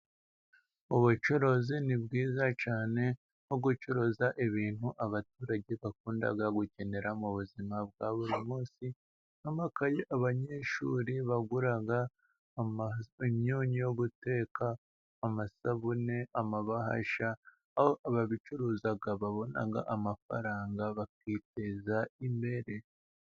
Ubucuruzi ni bwiza cyane, nko gucuruza ibintu abaturage bakunda gukenera mu buzima bwa buri munsi, nk'amakayi abanyeshuri bagura, imyunyu yo guteka, amasabune, amabahasha, aho ababicuruza babona amafaranga bakiteza imbere.